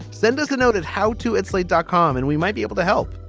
send us a notice how to add slate dot com and we might be able to help.